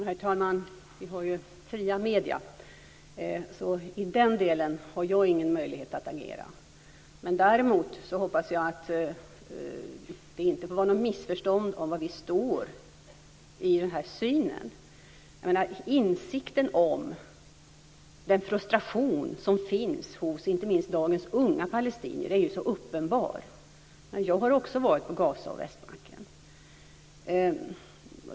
Herr talman! Vi har fria medier. Därför har jag ingen möjlighet att agera i den delen. Däremot hoppas jag att det inte är något missförstånd om var vi står. Insikten om den frustration som finns inte minst hos dagens unga palestinier är ju så uppenbar. Jag har också varit i Gaza och på Västbanken.